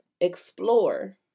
Explore